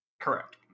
Correct